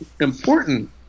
important